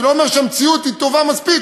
אני לא אומר שהמציאות היא טובה מספיק,